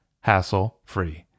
hassle-free